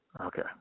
Okay